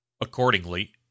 Accordingly